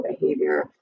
behavior